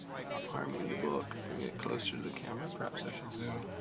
harming the book, bring it closer to the camera. perhaps i should zoom